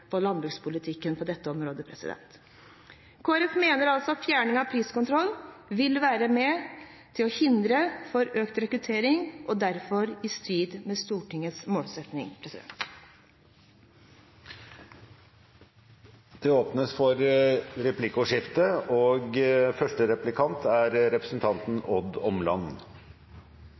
landbrukspolitikken på dette området. Kristelig Folkeparti mener altså at fjerning av priskontroll vil være med på å hindre økt rekruttering og er derfor i strid med Stortingets målsetting. Det blir replikkordskifte. Selv om jeg hørte representanten